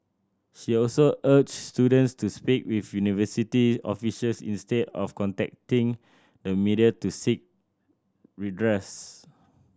she also urged students to speak with university officials instead of contacting the media to seek redress